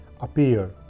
appear